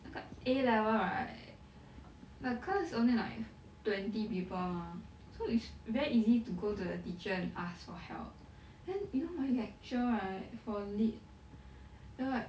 那个 a level right but cause only like twenty people mah so it's very easy to go to the teacher and ask for help then you know my lecture right for lit 有 like